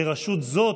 של רשות זו